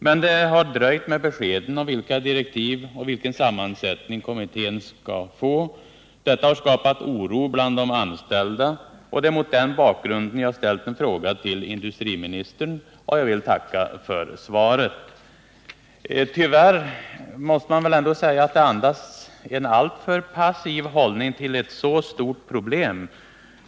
Men det har dröjt med beskeden om vilka direktiv och vilken sammansättning den aviserade kommittén skulle få. Detta har skapat oro bland de anställda. Det är mot den bakgrunden jag har ställt min fråga till industriministern, och jag vill nu tacka för svaret. Tyvärr måste jag säga att svaret andas en alltför passiv hållning med tanke på att det här handlar om ett mycket stort problem.